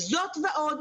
זאת ועוד,